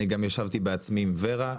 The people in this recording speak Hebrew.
אני גם ישבתי בעצמי עם ור"ה.